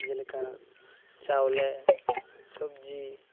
ᱡᱮᱞᱮᱠᱟ ᱪᱟᱣᱞᱮ ᱥᱚᱵᱡᱤ